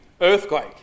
Earthquake